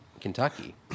Kentucky